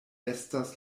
estas